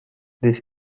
this